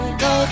go